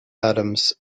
adams